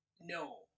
No